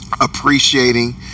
appreciating